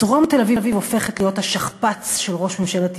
דרום תל-אביב הופכת להיות השכפ"ץ של ראש ממשלת ישראל.